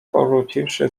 powróciwszy